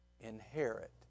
inherit